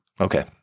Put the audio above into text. Okay